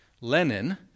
Lenin